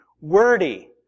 wordy